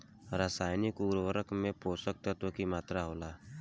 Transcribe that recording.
रसायनिक उर्वरक में पोषक तत्व की मात्रा होला?